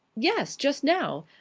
yes. just now.